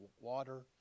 water